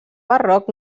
barroc